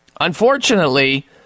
Unfortunately